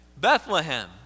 Bethlehem